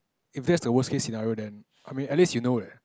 if that's the worst case scenario then I mean at least you know that